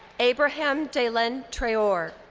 abraham daylin traylor.